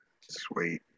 Sweet